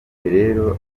rero